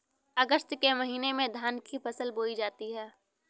अगस्त के महीने में धान की फसल बोई जाती हैं